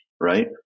right